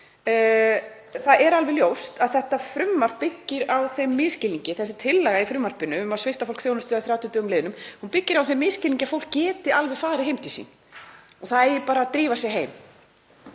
Það er alveg ljóst að þetta frumvarp byggir á þeim misskilningi, þessi tillaga í frumvarpinu. Að svipta fólk þjónustu að 30 dögum liðnum byggir á þeim misskilningi að fólk geti alveg farið heim til sín og það eigi bara að drífa sig heim.